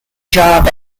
job